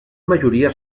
majoria